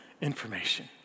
information